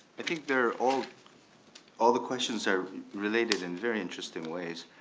i think they're all all the questions are related in very interesting ways.